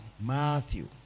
Matthew